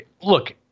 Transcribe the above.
look